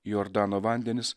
į jordano vandenis